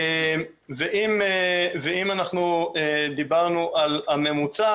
אם אנחנו דיברנו על הממוצע,